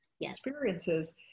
experiences